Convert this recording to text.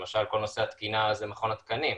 למשל כל נושא התקינה זה מכון התקנים,